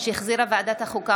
שהחזירה ועדת החוקה,